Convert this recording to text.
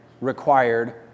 required